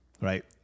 right